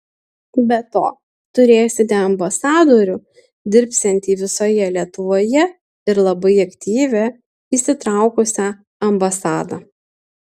be to turėsite ambasadorių dirbsiantį visoje lietuvoje ir labai aktyvią įsitraukusią ambasadą